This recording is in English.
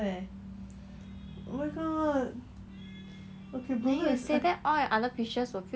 you say that all your other fishes will feel very jealous like how I feel